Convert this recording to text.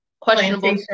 questionable